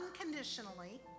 unconditionally